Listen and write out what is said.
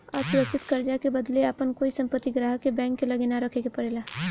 असुरक्षित कर्जा के बदले आपन कोई संपत्ति ग्राहक के बैंक के लगे ना रखे के परेला